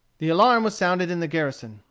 the alarm was sounded in the garrison.